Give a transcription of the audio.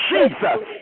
Jesus